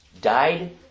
died